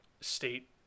state